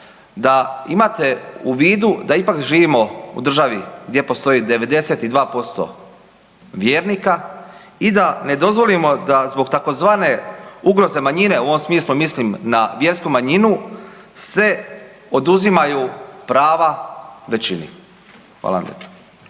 da imate u vidu da ipak živimo u državi gdje postoje 92% vjernika i da ne dozvolimo da zbog tzv. ugroze manjine u ovom smislu mislim na vjersku manjinu se oduzimaju prava većini. Hvala vam